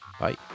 Bye